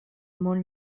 món